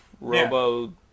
robo